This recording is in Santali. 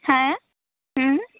ᱦᱮᱱ